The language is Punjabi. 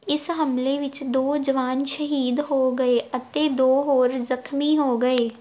ਇਸ ਹਮਲੇ ਵਿੱਚ ਦੋ ਜਵਾਨ ਸ਼ਹੀਦ ਹੋ ਗਏ ਅਤੇ ਦੋ ਹੋਰ ਜ਼ਖ਼ਮੀ ਹੋ ਗਏ